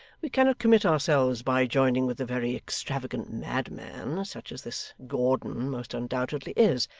we cannot commit ourselves by joining with a very extravagant madman, such as this gordon most undoubtedly is.